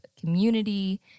community